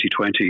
2020